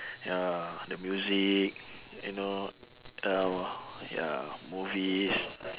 ya the music and all oh ya movies